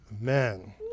Amen